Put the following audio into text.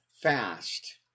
fast